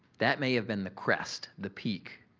that may have been the crest, the peak,